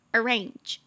Arrange